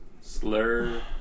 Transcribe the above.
Slur